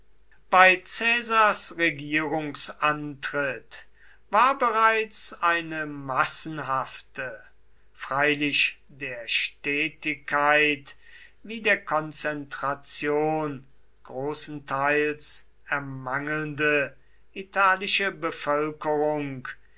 bei caesars regierungsantritt war bereits eine massenhafte freilich der stetigkeit wie der konzentration großenteils ermangelnde italische bevölkerung